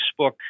Facebook